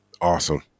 Awesome